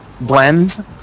Blend